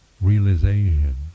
realization